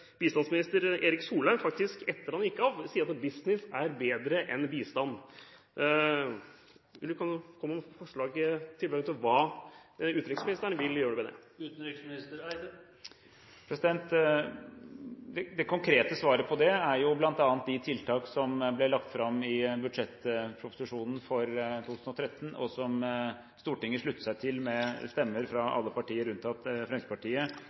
bistandsminister Erik Solheim etter at han gikk av faktisk sa at business er bedre enn bistand. Kan utenriksministeren si hva han foreslår å gjøre med dette? Det konkrete svaret på det er bl.a. de tiltak som ble lagt fram i budsjettproposisjonen for 2013 knyttet til GSP-ordningen, som Stortinget sluttet seg til med stemmene fra alle partier, unntatt Fremskrittspartiet,